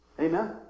Amen